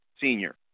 senior